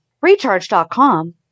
recharge.com